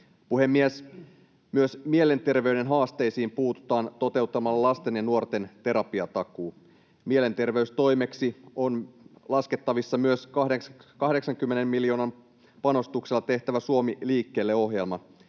Myös mielenterveyden haasteisiin puututaan toteuttamalla lasten ja nuorten terapiatakuu. Mielenterveystoimeksi on laskettavissa myös 80 miljoonan panostuksella tehtävä Suomi liikkeelle -ohjelma.